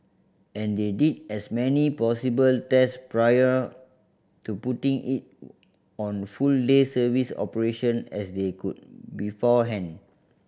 and they did as many possible test prior to putting it on full day service operation as they could beforehand